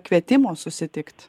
kvietimo susitikt